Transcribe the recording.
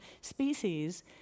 species